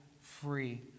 free